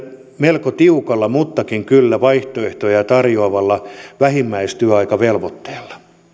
melko tiukalla mutta kylläkin vaihtoehtoja tarjoavalla vähimmäistyöaikavelvoitteella